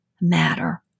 matter